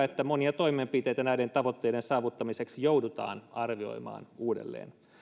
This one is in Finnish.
että monia toimenpiteitä näiden tavoitteiden saavuttamiseksi joudutaan arvioimaan uudelleen